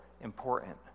important